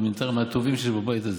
פרלמנטר מהטובים שבבית הזה.